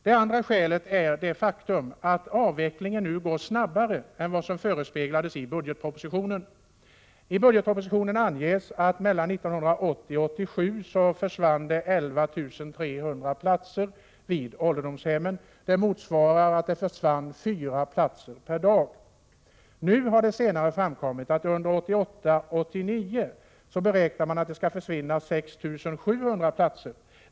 Det andra är det faktum att avvecklingen nu går snabbare än vad som förespeglades i budgetpropositionen. Där anges att 11 300 platser vid ålderdomshem försvann mellan 1980 och 1987. Det motsvarar att det försvann fyra platser per dag. Nu har det framkommit att man under 1988/89 räknar med att det skall försvinna 6 700 platser.